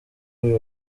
uyu